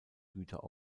güter